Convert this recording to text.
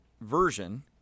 version